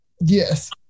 Yes